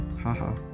Haha